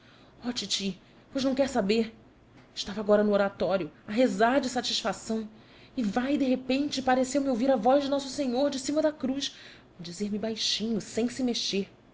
ó titi pois não quer saber estava agora no oratório a rezar de satisfação e vai de repente pareceu-me ouvir a voz de nosso senhor de cima da cruz a dizer-me baixinho sem se mexer